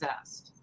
asked